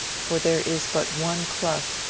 for there is but one clough,